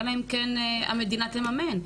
אלא אם כן המדינה תממן.